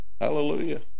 Hallelujah